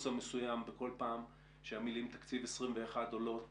המסוים בכל פעם שהמילים "תקציב 21" עולות